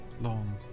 long